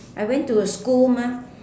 I went to a school ah